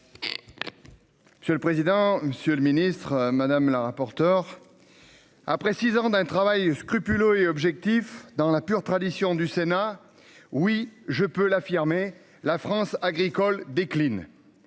Monsieur le président, Monsieur le Ministre, madame la rapporteure. Après 6 ans d'un travail scrupuleux et objectif dans la pure tradition du Sénat. Oui je peux l'affirmer la France agricole décline.